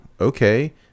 okay